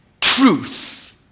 truth